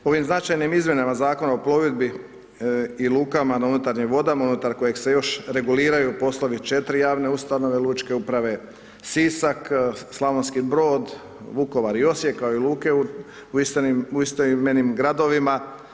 Ovim značajnim izmjenama Zakona o plovidbi i lukama na unutarnjim vodama unutar kojeg se još reguliraju poslovi 4 javne ustanove lučke uprave Sisak, Slavonski Brod, Vukovar i Osijek kao i luke u istoimenim gradovima.